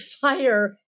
fire